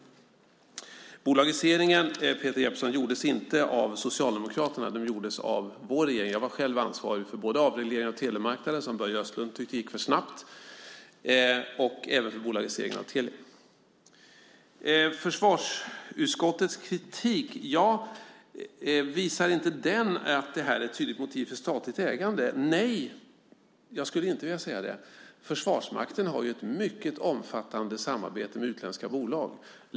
Peter Jeppsson, bolagiseringen gjordes inte av Socialdemokraterna utan av vår regering. Jag var själv ansvarig både för avregleringen av telemarknaden, som Börje Vestlund tyckte gick för snabbt, och för bolagiseringen av Telia. Visar inte förvarsutskottets kritik att detta är ett tydligt motiv för statligt ägande? Nej, det skulle jag inte säga. Försvarsmakten har ett mycket omfattande samarbete med utländska bolag.